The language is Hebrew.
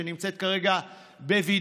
שנמצאת כרגע בבידוד,